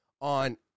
on